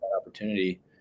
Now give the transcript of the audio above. opportunity